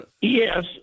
Yes